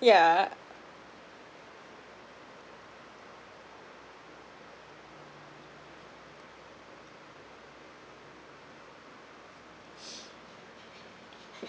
yeah